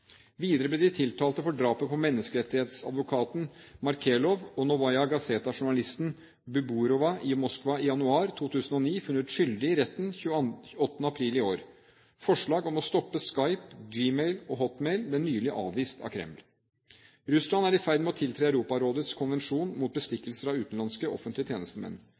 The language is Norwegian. Videre ble de tiltalte for drapet på menneskerettighetsadvokaten Markelov og Novaja Gazeta-journalisten Baburova i Moskva i januar 2009 funnet skyldige i retten 28. april i år. Forslag om å stoppe Skype, Gmail og Hotmail ble nylig avvist av Kreml. Russland er i ferd med å tiltre Europarådets konvensjon mot bestikkelser av utenlandske offentlige tjenestemenn.